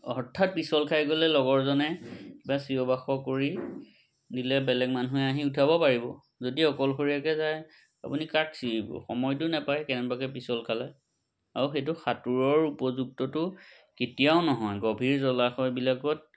হঠাৎ পিচল খাই গ'লে লগৰজনে কিবা চিঞৰ বাখৰ কৰি দিলে বেলেগ মানুহে আহি উঠাব পাৰিব যদি অকলশৰীয়াকৈ যায় আপুনি কাক চিঞৰিব সময়টো নাপায় কেনেবাকৈ পিচল খালে আৰু সেইটো সাঁতোৰৰ উপযুক্তটো কেতিয়াও নহয় গভীৰ জলাশয়বিলাকত